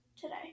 today